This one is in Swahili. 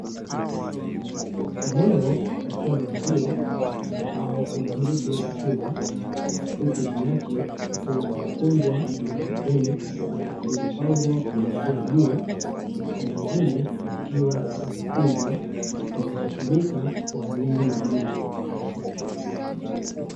Eneo likiwa na uzito ambao unageti la chuma, huku juu yake kukiwa kumefungwa nyaya za umeme, zilizopangwa kuelekea juu na nyingine zikiwa zimekunjwa ambazo hutumika kwaajili ya ulinzi.